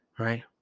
Right